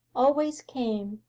always came,